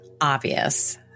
obvious